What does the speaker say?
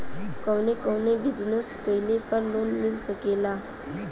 कवने कवने बिजनेस कइले पर लोन मिल सकेला?